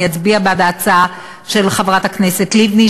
אני אצביע בעד ההצעה של חברת הכנסת לבני,